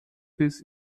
bis